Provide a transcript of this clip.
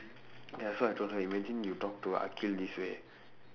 ya so I told her imagine you talk to akhil this way